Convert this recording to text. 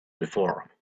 before